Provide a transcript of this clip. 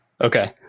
Okay